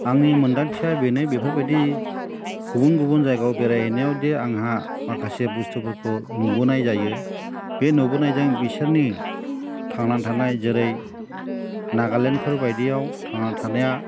आंनि मोनदांथिया बेनो बेफोरबायदि गुबुन गुबुन जायगायाव बेरायहैनायावदि आंहा माखासे बुस्थुफोरखौ नुबोनाय जायो बे नुबोनायजों बिसोरनि थांनानै थानाय जेरै नागालेण्डफोर बायदियाव थांनानै थानाया